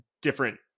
different